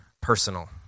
personal